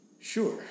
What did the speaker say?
Sure